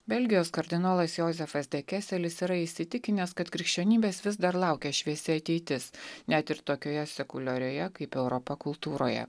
belgijos kardinolas jozefas dekeselis yra įsitikinęs kad krikščionybės vis dar laukia šviesi ateitis net ir tokioje sekuliarioje kaip europa kultūroje